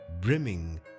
brimming